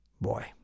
Boy